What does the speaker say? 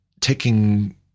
taking